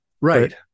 Right